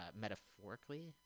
metaphorically